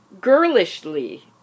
girlishly